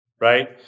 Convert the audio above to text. right